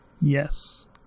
Yes